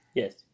Yes